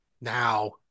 now